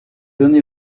donné